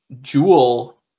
jewel